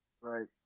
Right